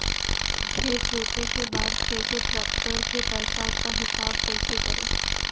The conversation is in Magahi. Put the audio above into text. खेत जोते के बाद कैसे ट्रैक्टर के पैसा का हिसाब कैसे करें?